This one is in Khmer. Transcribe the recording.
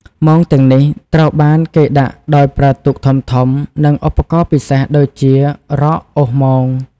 មងទាំងនេះត្រូវបានគេដាក់ដោយប្រើទូកធំៗ និងឧបករណ៍ពិសេសដូចជារ៉កអូសមង។